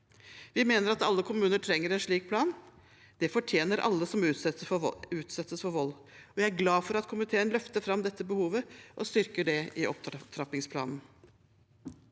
Vi mener at alle kommuner trenger en slik plan. Det fortjener alle som utsettes for vold. Jeg er glad for at komiteen løfter fram dette behovet og styrker det i opptrappingsplanen.